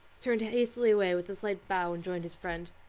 turned hastily away with a slight bow and joined his friend.